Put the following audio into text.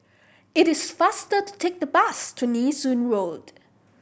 it is faster to take the bus to Nee Soon Road